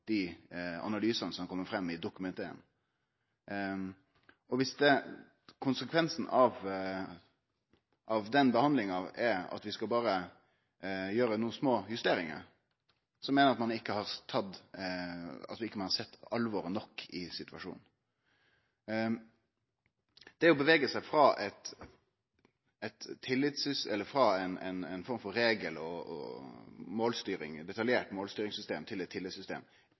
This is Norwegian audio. dei analysane som kjem fram i Dokument 1? Viss konsekvensen av den behandlinga er at vi berre skal gjere nokre små justeringar, meiner eg at ein ikkje har sett alvoret nok i situasjonen. Det å bevege seg frå ei form for regelsystem og detaljert målstyringssystem til eit tillitssystem er ei stor reform, og det er ei form for nytenking i statsforvaltinga som ein aldri kan justere seg fram til.